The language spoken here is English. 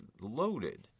loaded